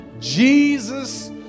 Jesus